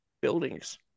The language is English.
buildings